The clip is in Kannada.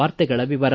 ವಾರ್ತೆಗಳ ವಿವರ